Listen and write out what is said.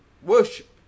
Worship